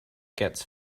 gets